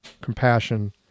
compassion